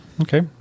Okay